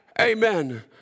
Amen